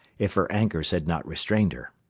if her anchors had not restrained her.